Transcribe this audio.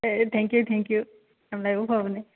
thank you thank you ꯌꯥꯝ ꯂꯥꯏꯕꯛ ꯐꯕꯅꯦ